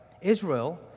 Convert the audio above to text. Israel